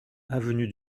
avenue